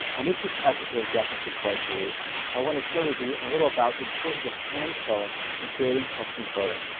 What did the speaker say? on this week's episode of jackets required tv i want to share with you a little about the importance of hand sewing in creating custom clothing.